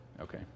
Okay